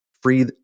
free